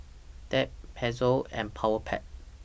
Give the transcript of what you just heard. Tempt Pezzo and Powerpac